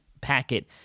packet